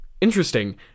Interesting